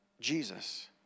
Jesus